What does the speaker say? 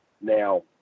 now –